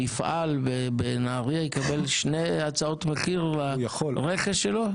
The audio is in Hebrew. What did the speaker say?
מפעל בנהריה יקבל שתי הצעות מחיר לרכש שלו?